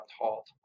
halt